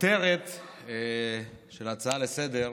הכותרת של ההצעה לסדר-היום,